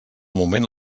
moment